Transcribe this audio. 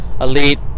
elite